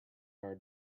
are